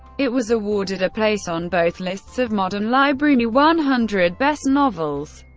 it was awarded a place on both lists of modern library one hundred best novels,